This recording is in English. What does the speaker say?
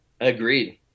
Agreed